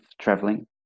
traveling